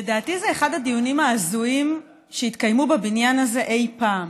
לדעתי זה אחד הדיונים ההזויים שהתקיימו בבניין הזה אי פעם.